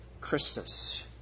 Christus